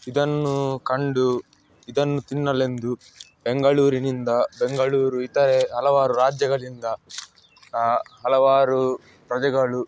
ಇದನ್ನು ಕಂಡು ಇದನ್ನು ತಿನ್ನಲೆಂದು ಬೆಂಗಳೂರಿನಿಂದ ಬೆಂಗಳೂರು ಇತರೆ ಹಲವಾರು ರಾಜ್ಯಗಳಿಂದ ಹಲವಾರು ಪ್ರಜೆಗಳು